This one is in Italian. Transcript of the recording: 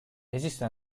esiste